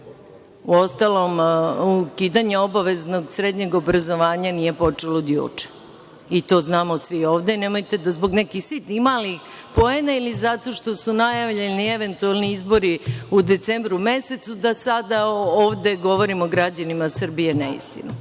Uostalom, ukidanje obaveznog srednjeg obrazovanja nije počelo od juče, i to znamo svi ovde i nemojte da zbog nekih sitnih i malih poena, ili zato što su najavljeni eventualni izbori u decembru mesecu, da sada ovde govorimo građanima Srbije neistinu.